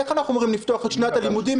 איך אנחנו אמורים לפתוח את שנת הלימודים